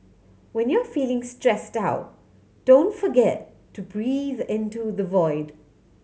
when you are feeling stressed out don't forget to breathe into the void